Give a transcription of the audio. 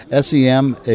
SEM